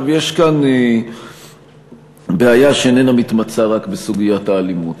יש כאן בעיה שאיננה מתמצה רק בסוגיית האלימות,